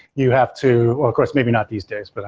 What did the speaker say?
you have to of course, maybe not these days, but